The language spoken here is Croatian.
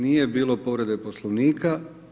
Nije bilo povrede Poslovnika.